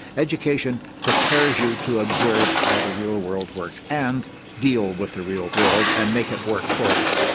education prepares you to observe how the real world works and deal with the real world and make it work for you.